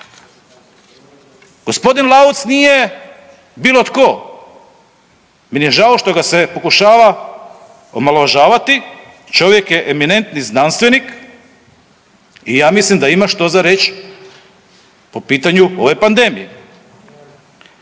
Gospodin Lauc nije bilo tko, meni je žao što ga se pokušava omalovažavati, čovjek je eminentni znanstvenik i ja mislim da ima što za reć po pitanju ove pandemije.